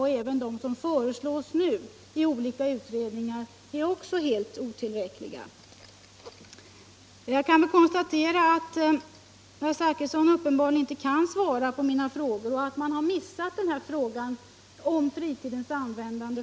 Även de åtgärder som nu föreslås i olika utredningar är helt otillräckliga. Jag kan konstatera att herr Zachrisson uppenbarligen inte kan svara på mina frågor och att regeringen har missat frågan om fritidens användande.